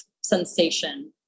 sensation